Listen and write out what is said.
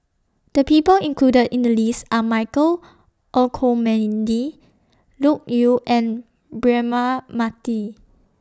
The People included in The list Are Michael Olcomendy Loke Yew and Braema Mathi